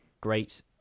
Great